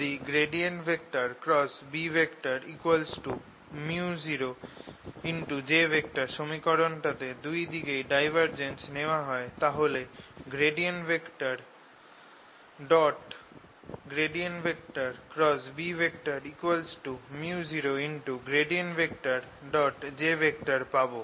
যদি Bµoj সমীকরণটাতে দু দিকেই ডাইভারজেন্স নেওয়া হয় তাহলে Bµoj পাব